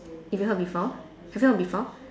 you got hear before have you heard before